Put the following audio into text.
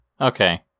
Okay